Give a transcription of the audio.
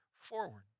forward